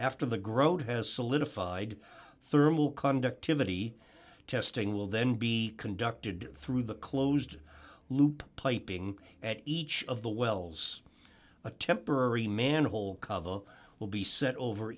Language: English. after the growth has solidified thermal conductivity testing will then be conducted through the closed loop piping at each of the wells a temporary manhole cover will be set over